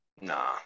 Nah